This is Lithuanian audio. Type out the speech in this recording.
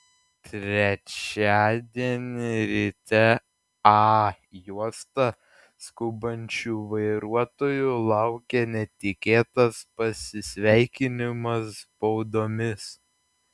trečiadienį ryte a juosta skubančių vairuotojų laukė netikėtas pasisveikinimas baudomis